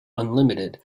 unlimited